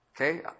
Okay